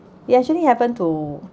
ya actually happen to